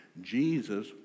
Jesus